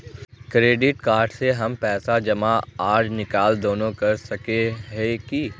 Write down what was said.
Credit card से हम पैसा जमा आर निकाल दोनों कर सके हिये की?